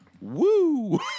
Woo